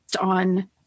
on